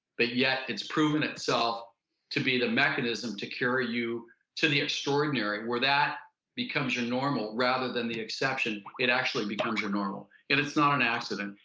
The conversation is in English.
but yet it's proven itself to be the mechanism to carry you to the extraordinary where that becomes your normal, rather than the exception, it actually becomes your normal. it's not an accident,